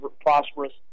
prosperous